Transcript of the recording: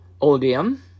odium